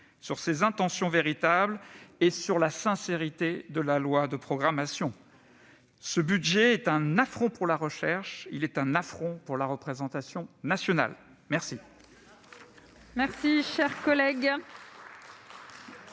sur ses intentions véritables et sur la sincérité de la loi de programmation. Tout en nuances ... Ce budget est un affront pour la recherche et un affront pour la représentation nationale !